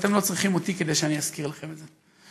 אתם לא צריכים אותי כדי שאני אזכיר לכם את זה.